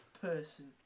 person